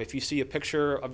if you see a picture of